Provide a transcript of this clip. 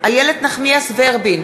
איילת נחמיאס ורבין,